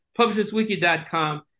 publishersweekly.com